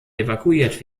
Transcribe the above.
evakuiert